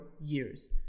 years